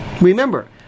remember